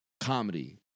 comedy